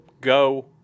Go